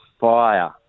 fire